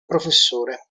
professore